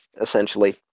essentially